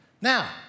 Now